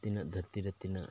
ᱛᱤᱱᱟᱹᱜ ᱫᱷᱟᱹᱨᱛᱤ ᱨᱮ ᱛᱤᱱᱟᱹᱜ